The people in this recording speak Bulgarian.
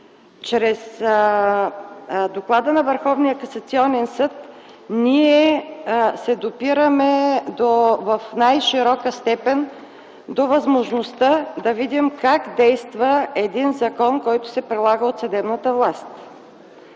Чрез доклада на Върховния касационен съд ние се допираме в най-широка степен до възможността да видим как действа един закон, който се прилага от съдебната власт.